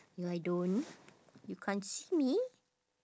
if I don't you can't see me